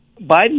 Biden